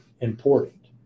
important